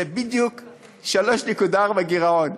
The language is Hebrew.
זה בדיוק 3.4% גירעון.